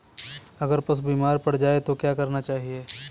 अगर पशु बीमार पड़ जाय तो क्या करना चाहिए?